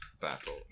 Battle